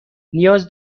نیاز